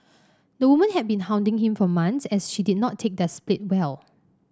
the woman had been hounding him for months as she did not take their split well